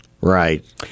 Right